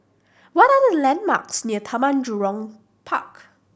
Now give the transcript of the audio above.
what are the landmarks near Taman Jurong Park